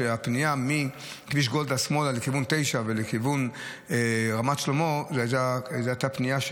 הפנייה מכביש גולדה שמאלה לכיוון כביש 9 ולכיוון רמת שלמה הייתה פנייה,